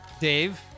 Dave